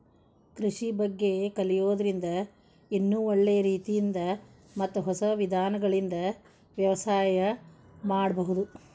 ಕೃಷಿ ಬಗ್ಗೆ ಕಲಿಯೋದ್ರಿಂದ ಇನ್ನೂ ಒಳ್ಳೆ ರೇತಿಯಿಂದ ಮತ್ತ ಹೊಸ ವಿಧಾನಗಳಿಂದ ವ್ಯವಸಾಯ ಮಾಡ್ಬಹುದು